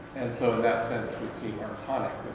and so in that sense would seem archonic.